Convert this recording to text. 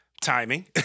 timing